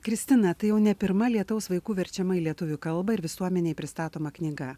kristina tai jau ne pirma lietaus vaikų verčiama į lietuvių kalbą ir visuomenei pristatoma knyga